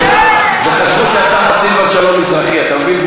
נו, וחשבו שהשר סילבן שלום מזרחי, אתה מבין?